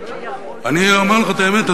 ואני אומר לך את האמת,